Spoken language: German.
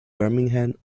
birmingham